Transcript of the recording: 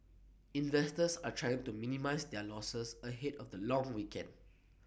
investors are trying to minimise their losses ahead of the long weekend